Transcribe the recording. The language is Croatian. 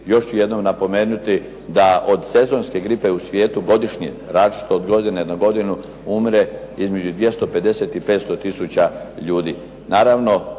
Još ću jednom napomenuti da od sezonske gripe u svijetu godišnje, različito od godine na godinu, umre između 250 i 500 tisuća ljudi.